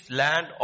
land